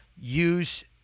use